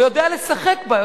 או יודע לשחק בה,